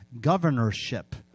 governorship